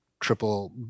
triple